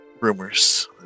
rumors